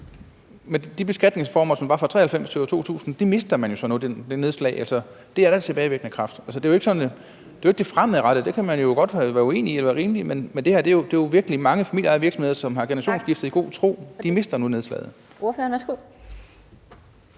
de beskatningsformer, som der var fra 1993 til 2000, mister man jo så med det nedslag. Det er jo med tilbagevirkende kraft. Det er jo ikke det fremadrettede, for det kan man jo godt være uenig eller enig i er rimeligt, men det her er jo, at mange af de familieejede virksomheder, som har generationsskiftet i god tro, nu mister nedslaget.